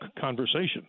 conversation